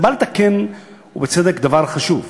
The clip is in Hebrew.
זה בא לתקן, ובצדק, דבר חשוב.